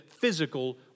physical